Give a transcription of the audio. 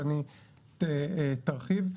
שני תרחיב,